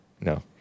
No